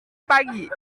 pagi